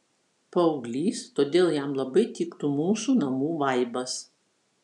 paauglys todėl jam labai tiktų mūsų namų vaibas